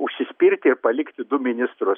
užsispirti ir palikti du ministrus